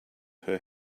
her